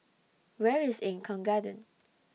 Where IS Eng Kong Garden